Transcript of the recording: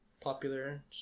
popular